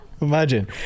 Imagine